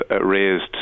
raised